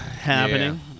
happening